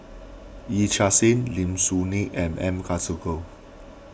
Yee Chia Hsing Lim Soo Ngee and M Karthigesu